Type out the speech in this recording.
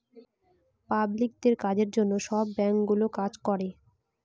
পাবলিকদের কাজের জন্য সব ব্যাঙ্কগুলো কাজ করে